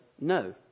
no